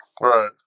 Right